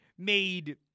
made